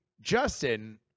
Justin